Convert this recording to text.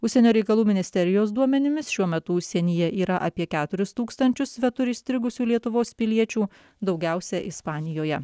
užsienio reikalų ministerijos duomenimis šiuo metu užsienyje yra apie keturis tūkstančius svetur įstrigusių lietuvos piliečių daugiausia ispanijoje